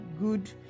good